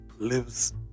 lives